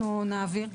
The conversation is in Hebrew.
אנחנו נעביר.